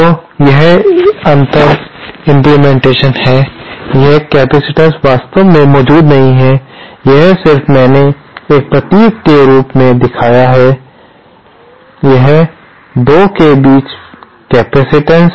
तो यह एक अंतर इम्प्लीमेंटेशन है यह कैपेसिटेंस वास्तव में मौजूद नहीं है यह सिर्फ मैंने एक प्रतीक के रूप में दिखाया है यह 2 के बीच कैपेसिटेंस है